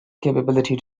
capability